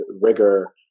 rigor